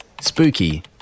spooky